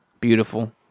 Beautiful